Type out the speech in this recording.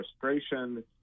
frustration